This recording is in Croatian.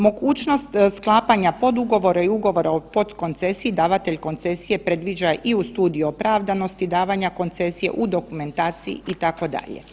Mogućnost sklapanja podugovora i ugovora o pod koncesiji davatelj koncesije predviđa i uz studiju opravdanosti davanja koncesije u dokumentaciji itd.